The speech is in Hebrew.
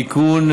(תיקון,